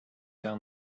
down